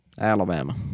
Alabama